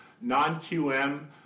non-QM